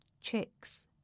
chicks